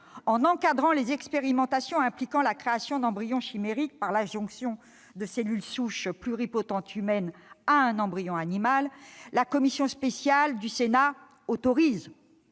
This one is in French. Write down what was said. En encadrant les expérimentations impliquant la création d'embryons chimériques par l'adjonction de cellules souches pluripotentes humaines à un embryon animal, la commission spéciale du Sénat autorise,